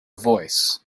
voice